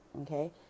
Okay